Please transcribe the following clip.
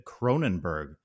Cronenberg